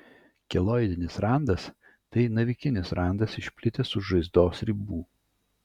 keloidinis randas tai navikinis randas išplitęs už žaizdos ribų